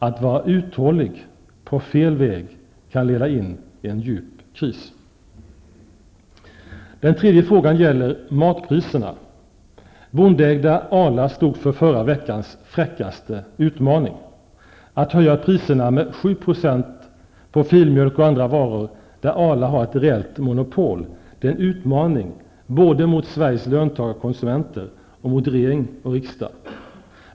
Att vara uthållig på fel väg kan leda in i en djup kris. Den tredje frågan gäller matpriserna. Bondeägda Arla stod för förra veckans fräckaste utmaning. Att höja priserna med 7 % på filmjölk och andra varor, där Arla har ett reellt monopol, är en utmaning mot både Sveriges löntagare-konsumenter och regering och riksdag.